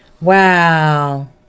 Wow